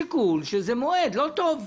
השיקול הוא שהמועד לא טוב.